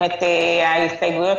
אומרת שההסתייגויות